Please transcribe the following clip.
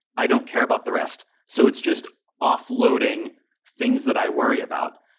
i don't care about the rest. so it's just offloading things that i worry about.